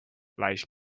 light